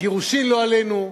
הגירושים, לא עלינו,